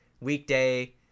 weekday